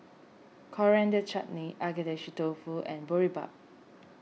Coriander Chutney Agedashi Dofu and Boribap